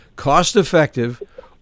cost-effective